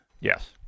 Yes